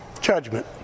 judgment